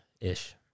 ish